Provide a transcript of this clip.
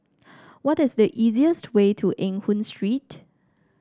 what is the easiest way to Eng Hoon Street